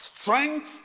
Strength